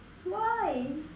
why